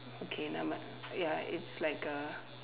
okay nevermind ya it's like a